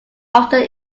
often